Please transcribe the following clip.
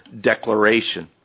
declaration